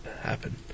happen